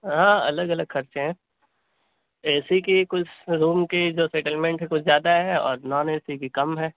ہاں الگ الگ خرچے ہیں اے سی کی کچھ روم کی جو سیٹلمینٹ ہے کچھ زیادہ ہے اور نان اے سی کی کم ہے